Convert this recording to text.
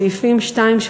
סעיפים 2,